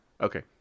Okay